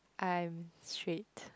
I'm straight